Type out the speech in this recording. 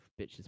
Bitches